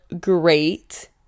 great